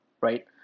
right